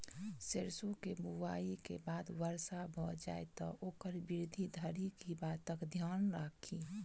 सैरसो केँ बुआई केँ बाद वर्षा भऽ जाय तऽ ओकर वृद्धि धरि की बातक ध्यान राखि?